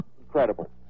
incredible